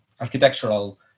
architectural